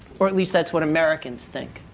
or, at least, that's what americans think.